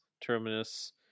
terminus